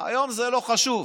היום זה לא חשוב.